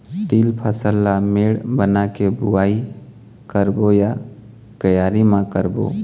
तील फसल ला मेड़ बना के बुआई करबो या क्यारी म करबो?